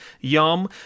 Yum